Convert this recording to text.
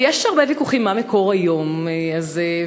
יש הרבה ויכוחים מה מקור היום הזה,